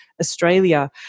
Australia